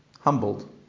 humbled